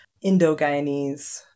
Indo-Guyanese